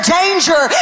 danger